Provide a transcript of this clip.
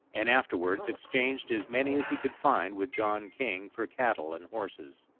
and afterwards exchanged as many as he could find with john king for cattle and horses.